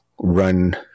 run